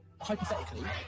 Hypothetically